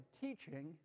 Teaching